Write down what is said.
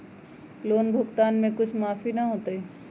Loan भुगतान में कुछ माफी न होतई?